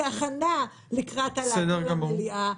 כהכנה לקראת הדיון במליאה.